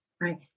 right